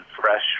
fresh